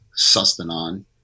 Sustanon